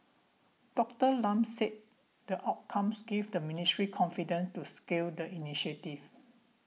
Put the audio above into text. Doctor Lam said the outcomes give the ministry confidence to scale the initiative